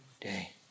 day